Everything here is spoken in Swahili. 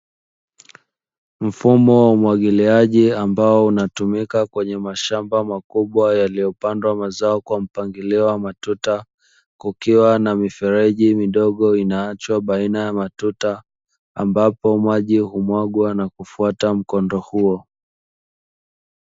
Mfumo wa umwagiliaji ambao unatumika kwenye mashamba makubwa, yaliyopandwa mazao kwa mpangilio wa matuta, kukiwa na mifereji midogo inaachwa baina ya matuta, ambapo maji humwagwa na kufata mkondo huo.